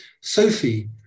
Sophie